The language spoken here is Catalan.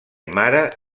mare